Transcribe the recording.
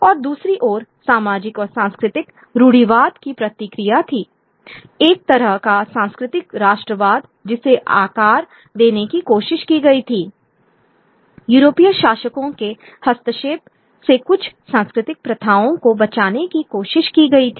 और दूसरी ओर सामाजिक और सांस्कृतिक रूढ़िवाद की प्रतिक्रिया थी एक तरह का सांस्कृतिक राष्ट्रवाद जिसे आकार देने की कोशिश की गई थी यूरोपीय शासकों के हस्तक्षेप से कुछ सांस्कृतिक प्रथाओं को बचाने की कोशिश की गई थी